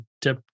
tip